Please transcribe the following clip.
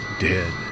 dead